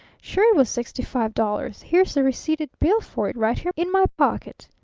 sure it was sixty-five dollars. here's the receipted bill for it right here in my pocket.